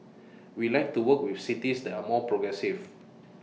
we like to work with cities that are more progressive